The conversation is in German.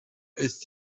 ist